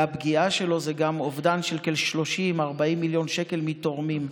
והפגיעה שלו זה גם אובדן של 30 40 מיליון שקל מתורמים.